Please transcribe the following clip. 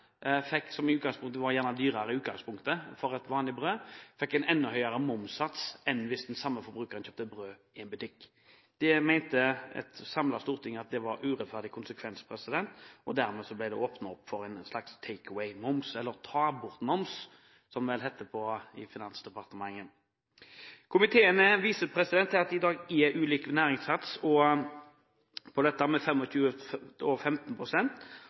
som i dag er 15 pst. En bieffekt av dette var at et brød kjøpt i et bakeri – der et brød i utgangspunktet gjerne er dyrere enn i vanlig butikk – fikk en enda høyere momssats enn om den samme forbrukeren hadde kjøpt et brød i en butikk. Et samlet storting mente at dette var en urettferdig konsekvens, og dermed ble det åpnet opp for en slags «take away»-moms, eller «ta-bort»-moms, som det vel heter i Finansdepartementet. Komiteen viser til at det i dag er ulik sats på